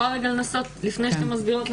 לפני שאתן מסבירות,